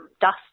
dust